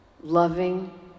Loving